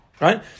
right